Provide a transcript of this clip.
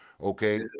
okay